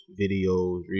videos